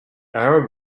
arab